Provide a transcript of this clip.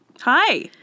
Hi